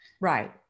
Right